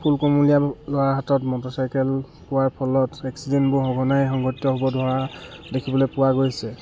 ফুল কুমলীয়া ল'ৰাৰ হাতত মটৰ চাইকেল পোৱাৰ ফলত এক্সিডেণ্টবোৰ সঘনাই সংঘটিত হ'ব ধৰা দেখিবলৈ পোৱা গৈছে